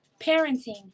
parenting